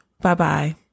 Bye-bye